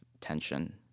tension